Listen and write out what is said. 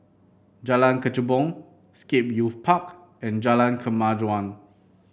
Jalan Kechubong Scape Youth Park and Jalan Kemajuan